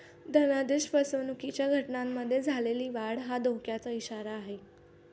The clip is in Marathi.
धनादेश फसवणुकीच्या घटनांमध्ये झालेली वाढ हा धोक्याचा इशारा आहे